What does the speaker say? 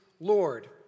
Lord